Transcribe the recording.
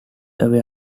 aware